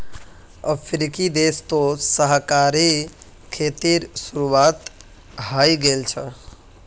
अफ्रीकी देश तो सहकारी खेतीर शुरुआत हइ गेल छ